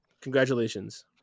congratulations